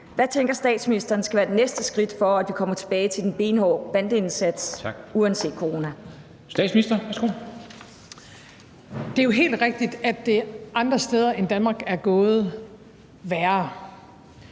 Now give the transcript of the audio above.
Hvad tænker statsministeren skal være det næste skridt, for at vi kommer tilbage til den benhårde bandeindsats uanset corona? Kl. 13:44 Formanden (Henrik Dam Kristensen):